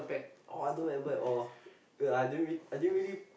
oh I don't remember at all I don't really I didn't really